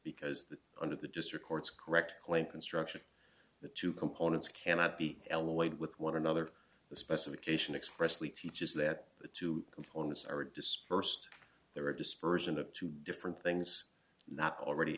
because the under the district court's correct claim construction the two components cannot be l a weight with one another the specification expressly teaches that the two components are dispersed there are dispersion of two different things not already